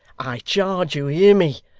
i charge you hear me,